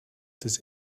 this